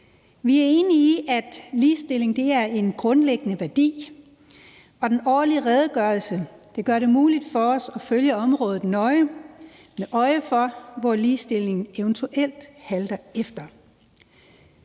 Vi er enige i, at ligestillingen er en grundlæggende værdi, og den årlige redegørelse gør det muligt for os at følge området nøje med øje for, hvor ligestillingen eventuelt halter efter.